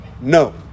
No